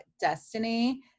Destiny